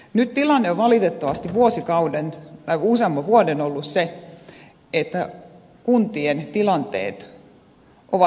nyt tilanne on valitettavasti useamman vuoden ajan ollut se että kuntien tilanteet ovat olleet odottavat